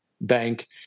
bank